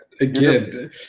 again